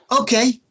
Okay